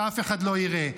שאף אחד לא יראה.